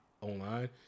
online